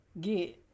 get